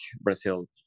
Brazil